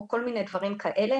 או כל מיני דברים כאלה,